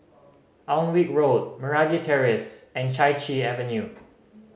Alnwick Road Meragi Terrace and Chai Chee Avenue